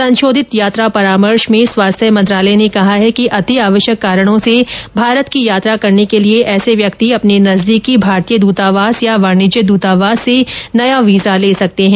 संशोधित यात्रा परामर्श में स्वास्थ्य मंत्रालय ने कहा है कि अतिआवश्यक कारणों से भारत की यात्रा करने के लिए ऐसे व्यक्ति अपने नजदीकी भारतीय दूतावास या वाणिज्य दूतावास से नया वीजा ले सकते हैं